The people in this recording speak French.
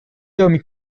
homme